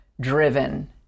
driven